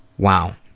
wow.